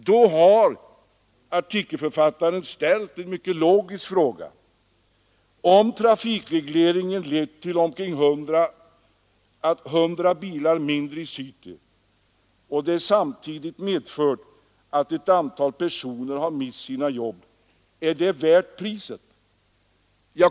Då har artikelförfattaren ställt en mycket logisk fråga: Om trafikregleringen har lett till omkring 100 bilar mindre i city och den samtidigt har medfört att ett antal personer har mist sina jobb, är den då värd priset?